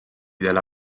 della